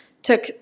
Took